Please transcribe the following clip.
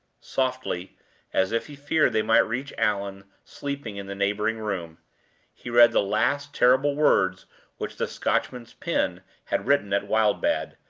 softly as if he feared they might reach allan, sleeping in the neighboring room he read the last terrible words which the scotchman's pen had written at wildbad,